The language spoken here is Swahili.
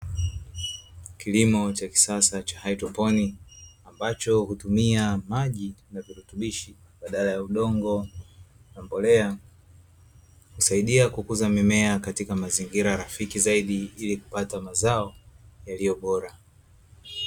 Kilimo cha kisasa cha haidroponi ambacho hutumia maji na virutubishi badala ya udongo na mbolea, husaidia kukuza mimea katika mazingira rafiki zaidi ili kupata mazao yaliyobora.